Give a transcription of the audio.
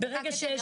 ברגע שיש את זה.